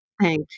Thank